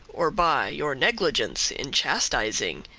or by your negligence in chastising,